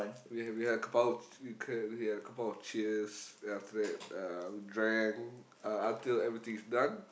we had we had a couple of we had we had a couple of cheers then after that uh we drank uh until everything is done